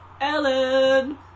Ellen